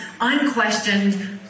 unquestioned